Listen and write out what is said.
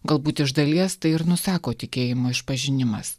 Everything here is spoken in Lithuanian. galbūt iš dalies tai ir nusako tikėjimo išpažinimas